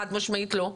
חד משמעית לא.